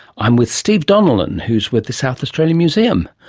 i am with steve donnellan who's with the south australian museum.